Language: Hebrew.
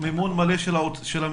זה מימון מלא של המשרד.